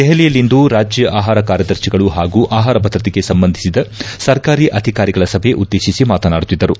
ದೆಹಲಿಯಲ್ಲಿಂದು ರಾಜ್ಯ ಆಹಾರ ಕಾರ್ಯದರ್ಶಿಗಳು ಹಾಗೂ ಆಹಾರ ಭದ್ರತೆಗೆ ಸಂಬಂಧಿಸಿದ ಸರ್ಕಾರಿ ಅಧಿಕಾರಿಗಳ ಸಭೆ ಉದ್ದೇಶಿಸಿ ಮಾತನಾಡುತ್ತಿದ್ದರು